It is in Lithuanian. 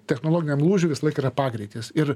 technologiniam lūžiui visąlaik yra pagreitis ir